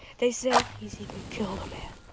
they say he's even killed a man.